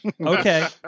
Okay